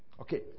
Okay